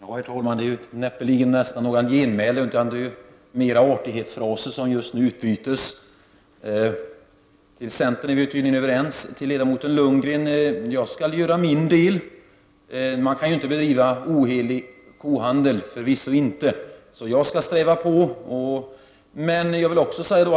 Herr talman! Det är näppeligen fråga om några genmälen utan mer artighetsfraser som just nu utbytes. Centern och vpk är tydligen överens. Till ledamoten Lundgren vill jag säga att jag skall göra min del. Men jag kan ju förvisso inte bedriva ohelig kohandel. Så jag skall sträva på.